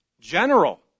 general